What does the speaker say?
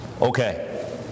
Okay